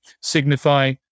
signify